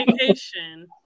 vacation